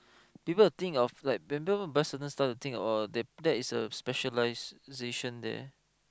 people will think of like when people buy certain stuff or thing oh that that is a specialization there